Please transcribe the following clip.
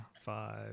five